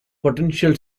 potential